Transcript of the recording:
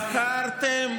אתם ברחתם.